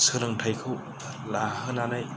सोलोंथायखौ लाहोनानै